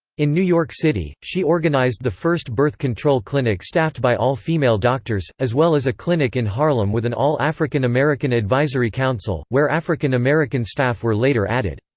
in new york city, she organized the first birth control clinic staffed by all-female doctors, as well as a clinic in harlem with an all african-american advisory council, where african-american staff were later added.